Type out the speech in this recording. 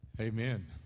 Amen